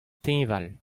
teñval